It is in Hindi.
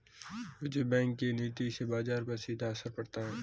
रिज़र्व बैंक के नीति से बाजार पर सीधा असर पड़ता है